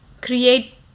create